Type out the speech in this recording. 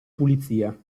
pulizia